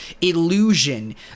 illusion